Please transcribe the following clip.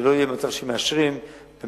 שלא יהיה מצב שמאשרים במקום,